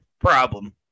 problem